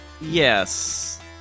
yes